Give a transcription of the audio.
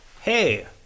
hey